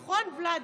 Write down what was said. נכון, ולדי?